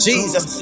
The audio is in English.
Jesus